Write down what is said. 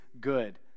good